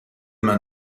main